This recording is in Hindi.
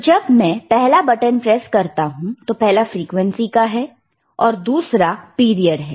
तो जब मैं पहला बटन प्रेस करता हूं तो पहला फ्रीक्वेंसी है और दूसरा पीरियड है